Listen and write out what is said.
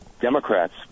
Democrats